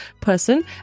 person